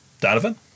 Donovan